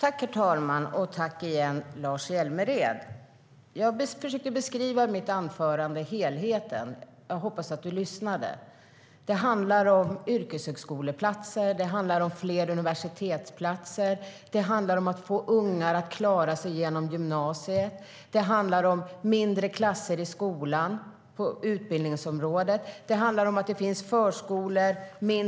Herr ålderspresident! Jag försökte i mitt anförande beskriva helheten och hoppas att Lars Hjälmered lyssnade. Det handlar om yrkeshögskoleplatser och om fler universitetsplatser. Det handlar om att få ungar att klara sig igenom gymnasiet. Det handlar på utbildningsområdet om mindre klasser i skolan. Det handlar om mindre grupper i förskolorna.